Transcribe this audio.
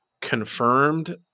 confirmed